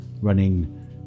Running